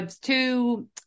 two